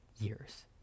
years